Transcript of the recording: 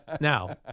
Now